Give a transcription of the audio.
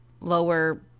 lower